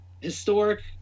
Historic